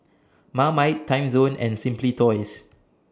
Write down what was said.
Marmite Timezone and Simply Toys